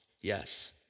yes